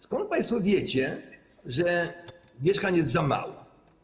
Skąd państwo wiecie, że mieszkań jest za mało?